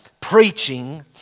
preaching